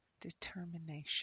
determination